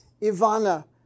Ivana